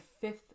fifth